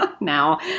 Now